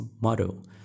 model